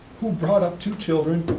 who brought up two children,